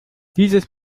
dieses